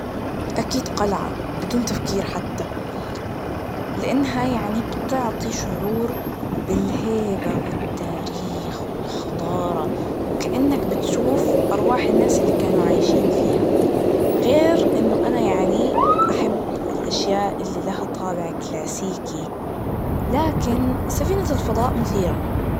أكيد قلعة, بدون تفكير حتى, لأنها يعني بتعطي شعور بالهيبة, والتاريخ, والحضارة, وكأنك بتشوف أرواااح الناس اللي كنوا عايشين فيها, غيرإنه أنا يعني أحب الأشياء اللي لها طابع كلاسيكي, لكن سفينة الفضاء مثيرة.